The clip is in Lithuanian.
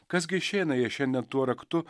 kas gi išeina jei šiandien tuo raktu